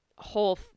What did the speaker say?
whole